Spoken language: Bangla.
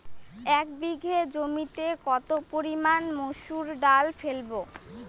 এক বিঘে জমিতে কত পরিমান মুসুর ডাল ফেলবো?